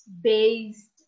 based